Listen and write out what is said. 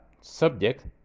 subject